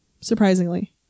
surprisingly